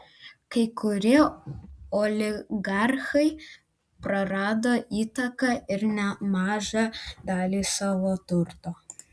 kai kurie oligarchai prarado įtaką ir nemažą dalį savo turto